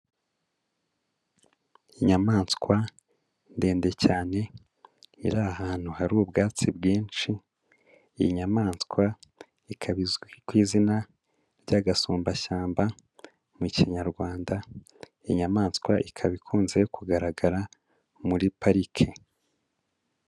Inyamaswa ndende cyane iri ahantu hari ubwatsi bwinshi, iyi nyamaswa ikaba izwi ku izina ry'agasumbashyamba mu Kinyarwanda, iyi nyamaswa ikaba ikunze kugaragara muri parike.